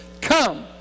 Come